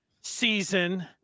season